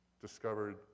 discovered